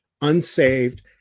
unsaved